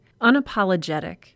unapologetic